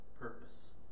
purpose